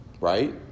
Right